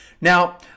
Now